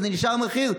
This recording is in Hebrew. אבל זה נשאר המחיר,